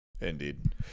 Indeed